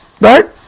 right